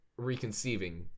reconceiving